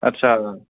आत्सा